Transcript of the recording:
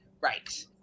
Right